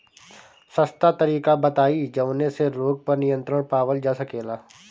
सस्ता तरीका बताई जवने से रोग पर नियंत्रण पावल जा सकेला?